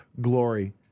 glory